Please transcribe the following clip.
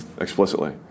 explicitly